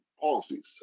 policies